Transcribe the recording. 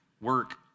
Work